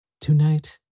Tonight